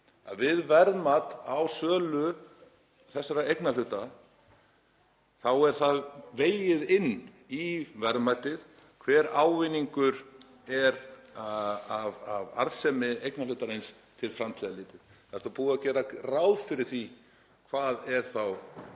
við verðmat á sölu þessara eignarhluta er það vegið inn í verðmætið hver ávinningur er af arðsemi eignarhlutarins til framtíðar litið. Það er búið að gera ráð fyrir því hvað verði